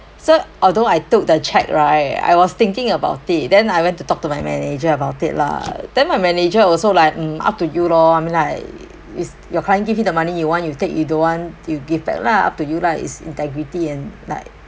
although I took the cheque right I was thinking about it then I went to talk to my manager about it lah then my manager also like mm up to you loh I mean like it's your client give you the money you want you take you don't want you give back lah up to you lah it's integrity and like